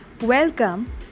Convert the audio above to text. welcome